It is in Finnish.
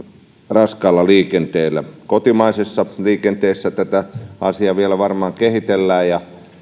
raskaassa liikenteessä kotimaisessa liikenteessä tätä asiaa varmaan vielä kehitellään ja